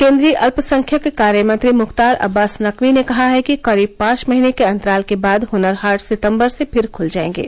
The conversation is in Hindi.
केन्द्रीय अल्पसंख्यक कार्य मंत्री मुख्तार अब्बास नकवी ने कहा है कि करीब पांच महीने के अंतराल के बाद हनर हाट सितम्बर से फिर खुल जायेंगे